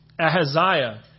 Ahaziah